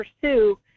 pursue